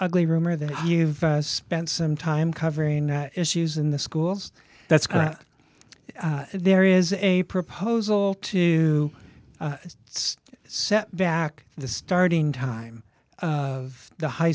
ugly rumor that you've spent some time covering issues in the schools that's there is a proposal to set back the starting time of the high